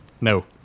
No